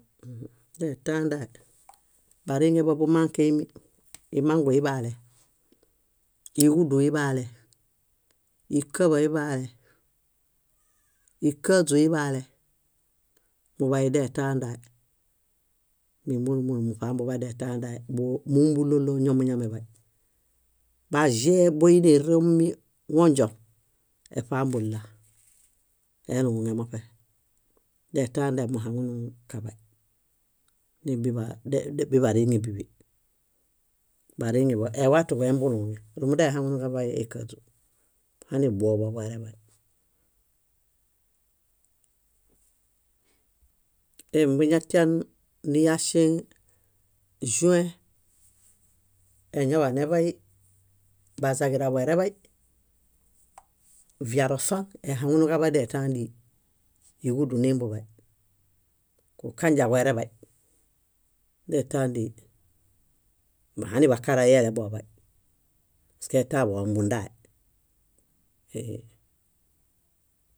Detã dee, bariŋeḃo bumãkeimi, imangu iḃaale, íġudu iḃaale, íkeḃa iḃaale, íkaaźu iḃaale, buḃayu detã dae, min múlu múlu muṗambuḃay detã dae móo mómbulolo ñomuñameḃay. Baĵe boo íneromi wõjõ, eṗambulla, eluuŋe moṗe. Detã dee muhaŋunukaḃay bariŋe bíḃi. Bariŋeḃo ewatuḃo ebuluŋe. Húmunda ehaŋunuġaḃay ékaaźu, hani buoḃo boreḃay. Embuñatian niyaŝeŋ ĵuẽ, eeñaḃaneḃay bazaġira boreḃay, viarosa ehaŋunuġaḃay detã díi; íġudu nimbuḃay, kukanjaġuereḃay detã díi, hani bakara yeleḃoḃay paske etãḃo ombundae.